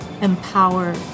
empower